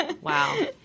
wow